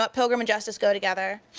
ah pilgrim and justice go together.